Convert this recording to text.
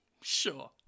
Sure